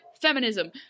Feminism